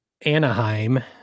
Anaheim